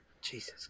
Jesus